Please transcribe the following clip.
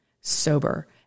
Sober